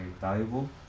valuable